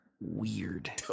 weird